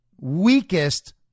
weakest